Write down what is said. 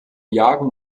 jagen